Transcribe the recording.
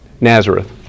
Nazareth